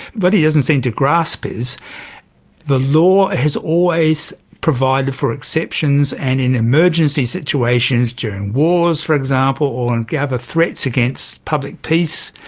but he doesn't seem to grasp is the law has always provided for exceptions and in emergency situations, during wars for example or and ah threats against public peace,